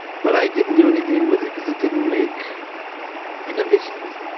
but i didn't do anything with it because it didn't make innervisions.